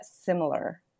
similar